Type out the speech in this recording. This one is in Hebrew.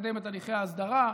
לקדם את הליכי ההסדרה.